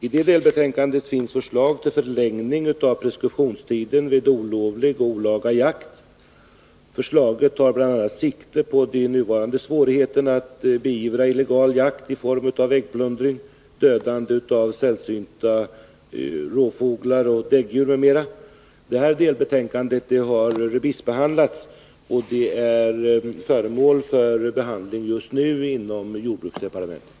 I detta delbetänkande finns förslag till förlängning av preskriptionstiden vid olovlig och olaga jakt. Förslaget tar bl.a. sikte på de nuvarande svårigheterna att beivra illegal jakt i form av äggplundring och dödande av sällsynta rovfåglar, däggdjur m.m. Detta delbetänkande har remissbehandlats och är just nu föremål för behandling inom jordbruksdepartementet.